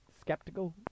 skeptical